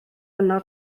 yna